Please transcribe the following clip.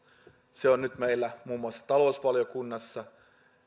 on nyt meillä muun muassa talousvaliokunnassa ja